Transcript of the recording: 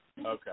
Okay